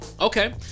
Okay